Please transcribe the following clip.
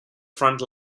front